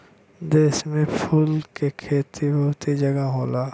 देश में फूल के खेती बहुते जगह होला